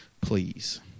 please